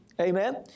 Amen